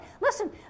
Listen